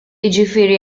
jiġifieri